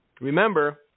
Remember